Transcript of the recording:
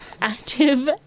active